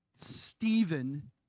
Stephen